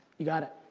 you got it.